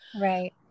Right